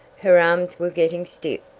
her arms were getting stiff,